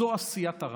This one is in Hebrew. זו עשיית הרע.